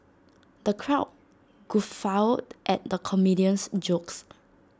the crowd guffawed at the comedian's jokes